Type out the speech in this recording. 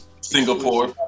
Singapore